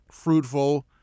fruitful